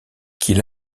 qu’il